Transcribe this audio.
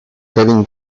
kevin